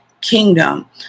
kingdom